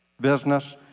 business